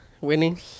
Winning